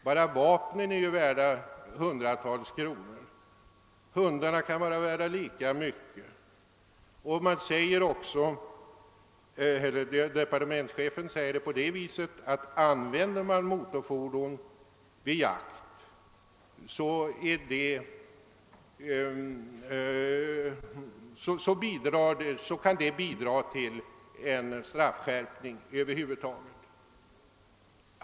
Bara vapnen är ju värda hundratals kronor, och hundarna kan vara värda lika mycket. Departementschefen uttalar också att om motorfordon används vid jakt, så kan detta bidra till en straffskärpning över huvud taget.